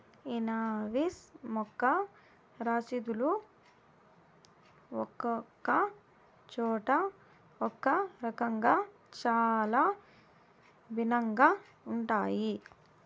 invoice యొక్క రసీదులు ఒక్కొక్క చోట ఒక్కో రకంగా చాలా భిన్నంగా ఉంటాయి